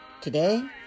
Today